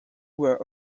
were